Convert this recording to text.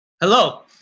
Hello